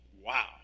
wow